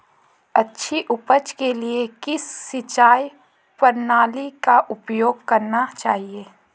अच्छी उपज के लिए किस सिंचाई प्रणाली का उपयोग करना चाहिए?